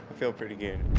feel pretty good.